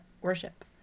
worship